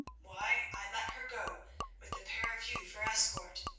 why, i let her go with the pair of you for escort.